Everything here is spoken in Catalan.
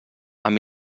amb